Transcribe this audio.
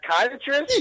Psychiatrist